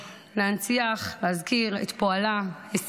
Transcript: להנציח, להזכיר את פועלה, את הישגיה,